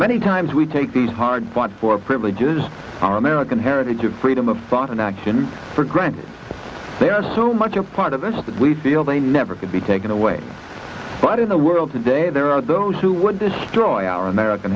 many times we take these hard won for privileges our american heritage of freedom of thought and action for granted they are so much a part of us that we feel they never could be taken away but in the world today there are those who would destroy our american